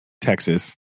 Texas